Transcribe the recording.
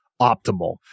optimal